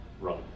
run